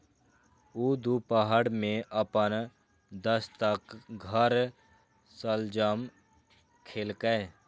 ऊ दुपहर मे अपन दोस्तक घर शलजम खेलकै